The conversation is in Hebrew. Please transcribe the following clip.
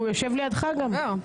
הוא יושב לידך גם.